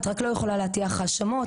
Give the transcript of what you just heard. את רק לא יכולה להטיח האשמות.